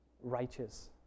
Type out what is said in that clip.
righteous